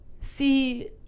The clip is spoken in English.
see